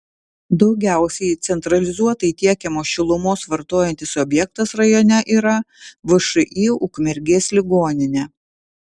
daugiausiai centralizuotai tiekiamos šilumos vartojantis objektas rajone yra všį ukmergės ligoninė